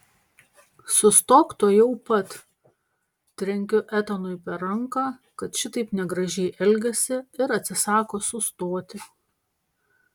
sustok tuojau pat trenkiu etanui per ranką kad šitaip negražiai elgiasi ir atsisako sustoti